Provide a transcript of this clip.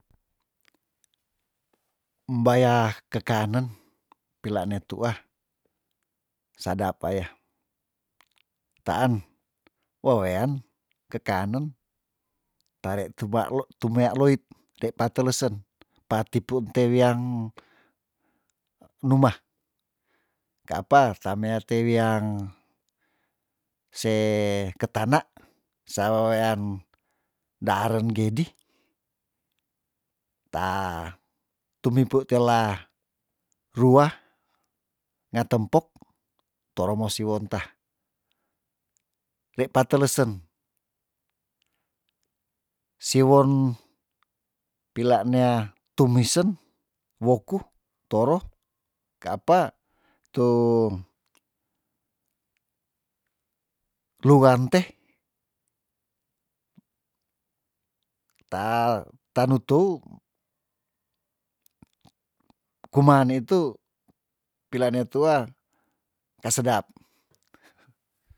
Mbaya kekanen pilane tuah sadap paea taan wewean kekanen tare tuba lo tu mea loit tei patelesen pati puu nte wian numah ka apa tamea te wiang se ketana sa wewean daren gedi ta tumipu tela rua ngatempok toro moosi wontah ndei patelesen siwon pila nea tumisen woku toro ka apa tu luan teh ta tanu teu kumaan nitu pila ne tuah ka sedap